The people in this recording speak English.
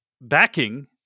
backing